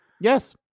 Yes